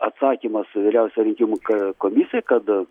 atsakymas vyriausiai rinkimų ka komisijai kad